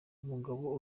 umugabo